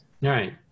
Right